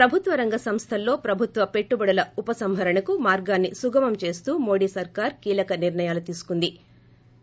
ప్రభుత్వ రంగ సంస్వల్లో ప్రభుత్వ పెట్టుబడుల ఉపసంహరణకు మార్గాన్ని సుగమం చేస్తూ మోదీ సర్కార్ కీలక నిర్ణయాలు తీసుకుందే